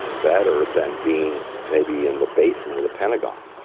better than being maybe in the basement of the pentagon,